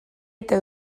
eta